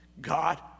God